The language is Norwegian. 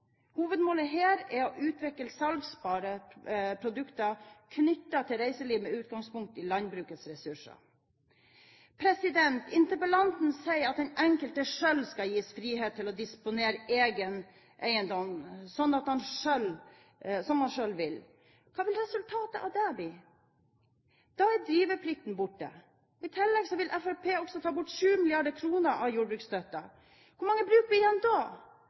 Hovedmålet her er å utvikle salgbare produkter knyttet til reiseliv, med utgangspunkt i landbrukets ressurser. Interpellanten sier at den enkelte selv skal gis frihet til å disponere egen eiendom slik han selv vil. Hva vil resultatet av det bli? Da er driveplikten borte. I tillegg vil Fremskrittspartiet også ta bort 7 mrd. kr av jordbruksstøtten. Hvor mange bruk blir igjen da?